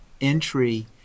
entry